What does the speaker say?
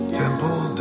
temple